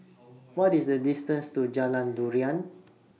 What IS The distance to Jalan Durian